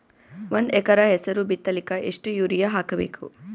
ಒಂದ್ ಎಕರ ಹೆಸರು ಬಿತ್ತಲಿಕ ಎಷ್ಟು ಯೂರಿಯ ಹಾಕಬೇಕು?